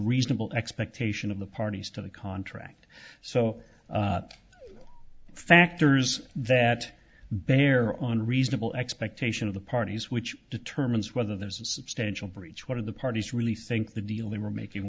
reasonable expectation of the parties to the contract so factors that bear on reasonable expectation of the parties which determines whether there's a substantial breach one of the parties really think the deal they were making